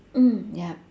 mm ya